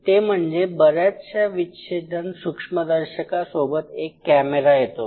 ते म्हणजे बऱ्याचशा विच्छेदन सूक्ष्मदर्शकासोबत एक कॅमेरा येतो